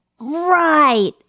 Right